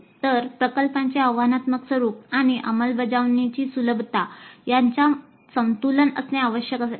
तर प्रकल्पाचे आव्हानात्मक स्वरूप आणि अंमलबजावणीची सुलभता यांच्यात संतुलन असणे आवश्यक आहे